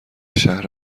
شهر